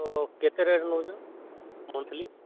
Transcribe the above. ତ କେତେ ରେଟ୍ ନେଉଛ ମନ୍ଥଲି